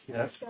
Yes